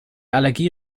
allergie